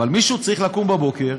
אבל מישהו צריך לקום בבוקר,